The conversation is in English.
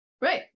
right